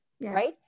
right